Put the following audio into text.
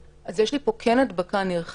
אז יש לי פה כן הדבקה נרחבת,